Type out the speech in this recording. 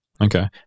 Okay